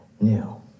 new